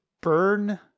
burn